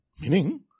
Meaning